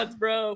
bro